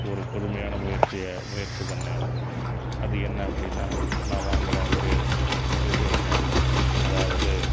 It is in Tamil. ஒரு புதுமையான முயற்சியை முயற்சி பண்ணிணேன் அது என்ன அப்படின்னா நான் வாங்கின ஒரு விஷயந்தான் அதாவது